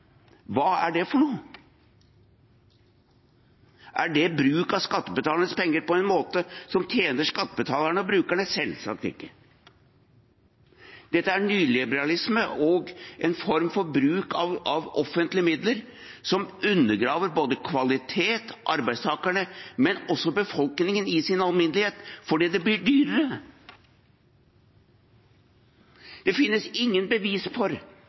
Hva er det for noe? Er det bruk av skattebetalernes penger på en måte som tjener skattebetalerne og brukerne? Selvsagt ikke. Dette er nyliberalisme og en form for bruk av offentlige midler som undergraver både kvaliteten, arbeidstakerne og også befolkningen i sin alminnelighet, fordi det blir dyrere. Det finnes ingen bevis for